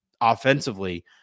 offensively